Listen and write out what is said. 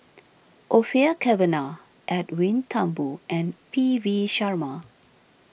Orfeur Cavenagh Edwin Thumboo and P V Sharma